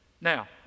Now